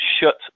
shut